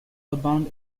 abound